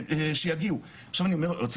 טוב, בוא נחזור